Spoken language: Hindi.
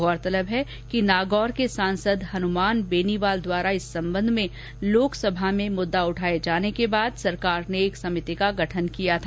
गौरतलब है कि नागौर के सांसद हनुमान बेनीवाल द्वारा इस संबंध में लोकसभा में मुददा उठाए जाने के बाद सरकार ने एक सभिति का गठन किया था